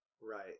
Right